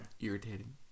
irritating